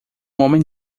homem